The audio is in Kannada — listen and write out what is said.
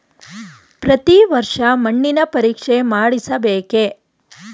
ಪ್ರತಿ ವರ್ಷ ಮಣ್ಣಿನ ಪರೀಕ್ಷೆ ಮಾಡಿಸಬೇಕೇ?